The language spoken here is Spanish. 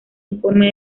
informe